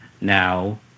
now